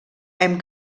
hem